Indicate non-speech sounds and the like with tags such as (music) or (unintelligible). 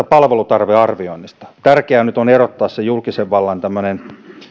(unintelligible) palvelutarvearvioinnista tärkeää nyt on erottaa se julkisen vallan tämmöinen